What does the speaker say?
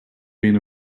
been